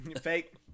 Fake